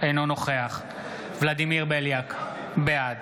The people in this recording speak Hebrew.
אינו נוכח ולדימיר בליאק, בעד